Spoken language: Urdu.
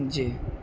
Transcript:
جی